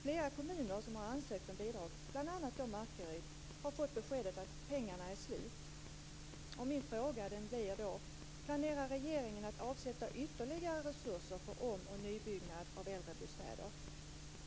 Flera kommuner som har ansökt om bidrag, bl.a. då Markaryd, har fått beskedet att pengarna är slut. Min fråga blir då: Planerar regeringen att avsätta ytterligare resurser för om och nybyggnad av äldrebostäder?